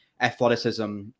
athleticism